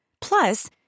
Plus